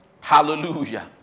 Hallelujah